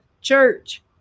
church